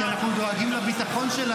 אתה הממשלה.